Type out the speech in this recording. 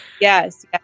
Yes